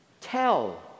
tell